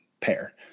pair